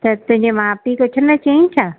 त तुंहिंजे माउ पीउ कुझु न चयईं छा